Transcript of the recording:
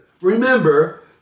Remember